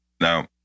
Now